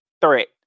threat